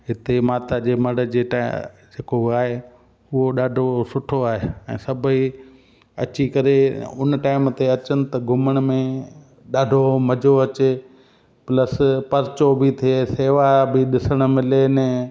हिते माता जे मढ़ जेट जेको आहे हूअ ॾाढो सुठो आहे ऐं सभेई अची करे उन टाइम ते अचनि त घुमण में ॾाढो मज़ो अचे प्लस पर्चो बि थिए शेवा बि ॾिसणु मिलनि